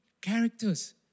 Characters